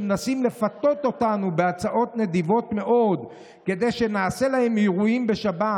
שמנסים לפתות אותנו בהצעות נדיבות מאוד כדי שנעשה להם אירועים בשבת'.